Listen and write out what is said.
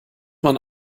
man